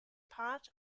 part